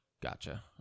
Gotcha